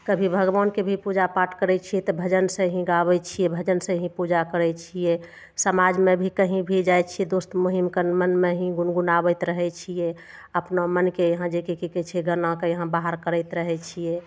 कभी भगवानके भी पूजा पाठ करय छियै तऽ भजन से ही गाबय छियै भजन से ही पूजा करय छियै समाजमे भी कहीं भी जाइ छियै दोस्त महीम कन तऽ मनमे ही गुनगुनाबैत रहय छियै अपना मनके यहाँ जे कि की कहय छियै गाना बाहर करैत रहय छियै